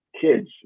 kids